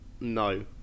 No